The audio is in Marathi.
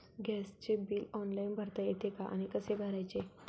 गॅसचे बिल ऑनलाइन भरता येते का आणि कसे भरायचे?